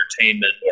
entertainment